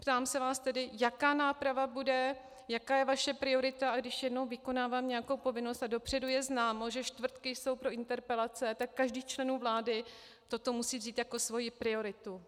Ptám se vás tedy, jaká náprava bude, jaká je vaše priorita, a když jednou vykonávám nějakou povinnost a dopředu je známo, že čtvrtky jsou pro interpelace, tak každý z členů vlády toto musí vzít jako svoji prioritu.